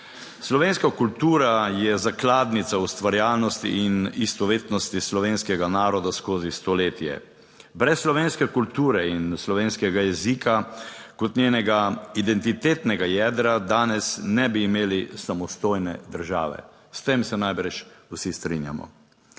Slovenska kultura je zakladnica ustvarjalnosti in istovetnosti slovenskega naroda skozi stoletje. Brez slovenske kulture in slovenskega jezika kot njenega identitetnega jedra, danes ne bi imeli samostojne države, s tem se najbrž vsi strinjamo.